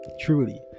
truly